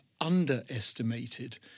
underestimated